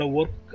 work